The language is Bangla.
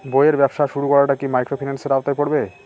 বইয়ের ব্যবসা শুরু করাটা কি মাইক্রোফিন্যান্সের আওতায় পড়বে?